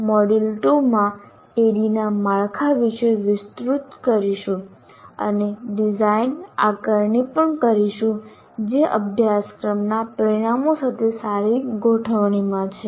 આપણે મોડ્યુલ2 માં ADDIE ના માળખા વિશે વિસ્તૃત કરીશું અને ડિઝાઇન આકારણી પણ કરીશું જે અભ્યાસક્રમના પરિણામો સાથે સારી ગોઠવણીમાં છે